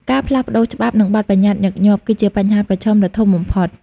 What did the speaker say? ការផ្លាស់ប្តូរច្បាប់ និងបទប្បញ្ញត្តិញឹកញាប់ គឺជាបញ្ហាប្រឈមដ៏ធំបំផុត។